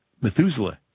Methuselah